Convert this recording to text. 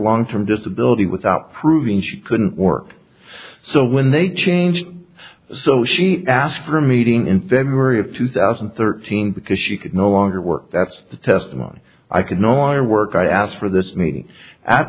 long term disability without proving she couldn't work so when they changed so she asked for a meeting in february of two thousand and thirteen because she could no longer work that's the testimony i could no longer work i asked for this me